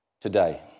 today